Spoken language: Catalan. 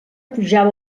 pujava